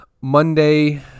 monday